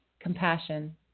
compassion